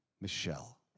Michelle